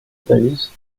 balise